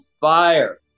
fire